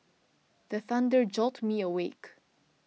the thunder jolt me awake